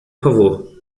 favor